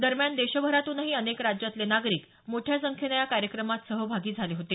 दरम्यान देशभरातूनही अनेक राज्यातले नागरिक मोठ्या संख्येनं या कार्यक्रमात सहभागी झाले होते